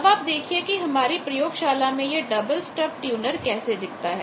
अब आप यह देखिए कि हमारी प्रयोगशाला में यह डबल स्टब ट्यूनर कैसा दिखता है